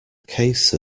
case